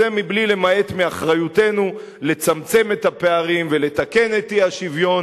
זה בלי למעט מאחריותנו לצמצם את הפערים ולתקן את האי-שוויון.